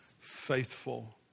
faithful